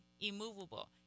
immovable